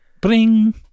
bring